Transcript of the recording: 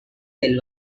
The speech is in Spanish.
del